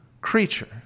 creature